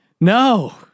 No